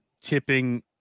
tipping